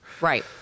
Right